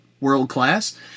world-class